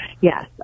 yes